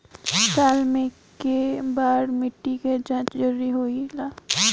साल में केय बार मिट्टी के जाँच जरूरी होला?